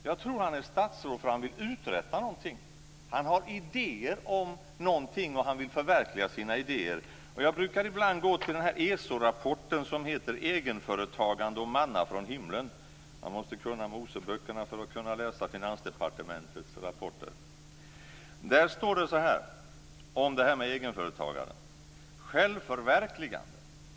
Jag tror att han är statsråd därför att han vill uträtta någonting. Han har idéer om någonting, och han vill förverkliga sina idéer. Jag brukar ibland gå till ESO-rapporten Egenföretagande och manna från himlen - man måste kunna Moseböckerna för att kunna läsa Finansdepartementets rapporter. Där står det så här om drivkrafter för egenföretagande: "1. Självförverkligande.